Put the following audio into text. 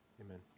amen